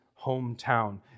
hometown